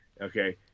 okay